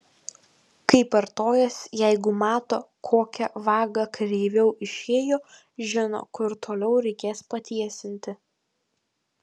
kaip artojas jeigu mato kokia vaga kreiviau išėjo žino kur toliau reikės patiesinti